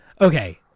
okay